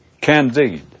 Candide